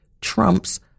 Trump's